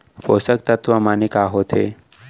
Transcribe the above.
पोसक तत्व माने का होथे?